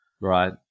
Right